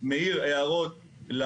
מעיר הערות.